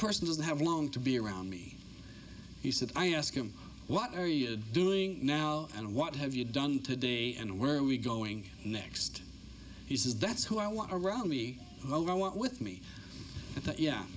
person doesn't have long to be around me he said i ask him what are you doing now and what have you done today and where are we going next he says that's who i was around me i went with me